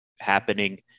happening